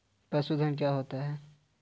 पशुधन क्या होता है?